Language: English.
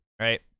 right